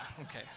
okay